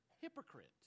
hypocrite